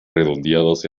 redondeadas